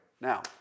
Now